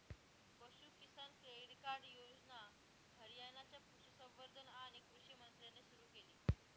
पशु किसान credit card योजना हरियाणाच्या पशुसंवर्धन आणि कृषी मंत्र्यांनी सुरू केली